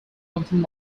quantum